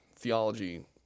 Theology